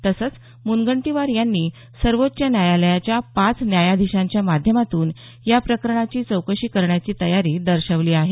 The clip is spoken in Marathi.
तसंच मुनगंटीवार यांनी सर्वोच्व न्यायालयाच्या पाच न्यायाधिशांच्या माध्यमातून या प्रकरणाची चौकशी करण्याची तयारी दर्शविली आहे